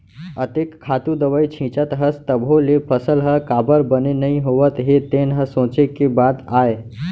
अतेक खातू दवई छींचत हस तभो ले फसल ह काबर बने नइ होवत हे तेन ह सोंचे के बात आय